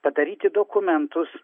padaryti dokumentus